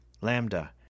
Lambda